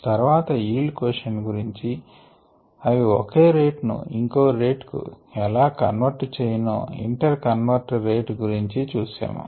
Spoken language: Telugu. తర్వాత ఈల్డ్ కోషంట్ గురించి అవి ఓకే రేట్ ను ఇంకో రేట్ కు ఎలా కన్వర్ట్ చేయునో ఇంటర్ కన్వర్షన్ రేట్ గురించి చూశాము